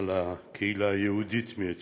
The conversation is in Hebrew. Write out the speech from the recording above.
על הקהילה היהודית מאתיופיה.